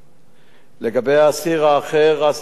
לגבי האסיר האחר, אסד מוחמד,